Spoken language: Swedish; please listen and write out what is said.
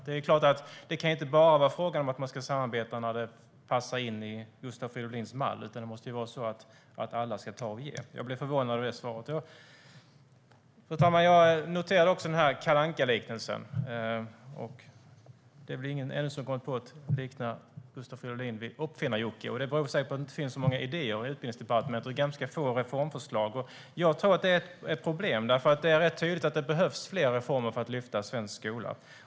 Det kan inte vara fråga om att vi bara ska samarbeta när det passar in i Gustav Fridolins mall, utan alla ska kunna ta och ge. Jag blev förvånad över det svaret. Fru talman! Jag noterade Kalle Anka-liknelsen. Det är väl ingen som ännu kommit på att likna Gustav Fridolin vid Oppfinnar-Jocke. Det beror säkert på att det inte finns så många idéer i Utbildningsdepartementet. Det finns ganska få reformförslag, och det tror jag är ett problem. Det är rätt tydligt att det behövs fler reformer för att lyfta svensk skola.